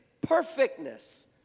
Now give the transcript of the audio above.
perfectness